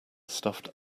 stuffed